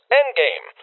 Endgame